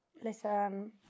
listen